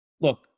Look